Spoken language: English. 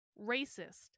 racist